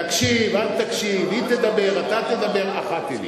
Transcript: תקשיב, אל תקשיב, היא תדבר, אתה תדבר, אחת היא לי.